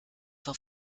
vor